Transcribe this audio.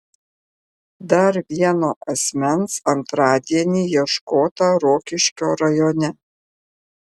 dar vieno asmens antradienį ieškota rokiškio rajone